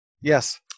Yes